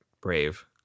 brave